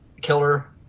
killer